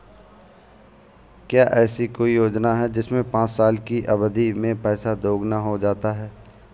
क्या ऐसी कोई योजना है जिसमें पाँच साल की अवधि में पैसा दोगुना हो जाता है?